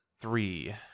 three